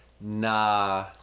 nah